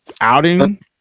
Outing